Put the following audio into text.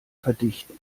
verdichten